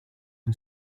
and